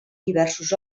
diversos